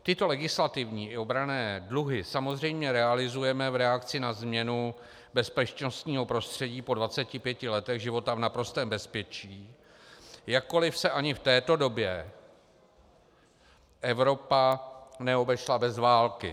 Tyto legislativní i obranné dluhy samozřejmě realizujeme v reakci na změnu bezpečnostního prostředí po 25 letech života v naprostém bezpečí, jakkoli se ani v této době Evropa neobešla bez války.